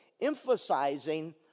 Emphasizing